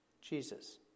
Jesus